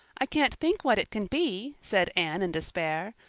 i can't think what it can be, said anne in despair,